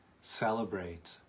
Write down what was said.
celebrate